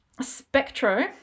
SPECTRO